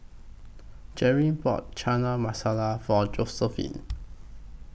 Jerilyn bought Chana Masala For Josiephine